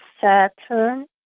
Saturn